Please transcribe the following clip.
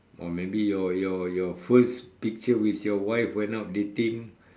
or maybe your your your first picture with your wife when out dating